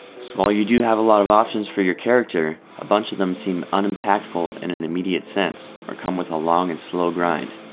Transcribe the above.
so while you do have a lot of options for your character, a bunch of them seem unimpactful in an immediate sense, or come with a long and slow grind.